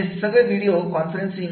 हे सगळे video conferencing